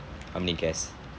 how many guests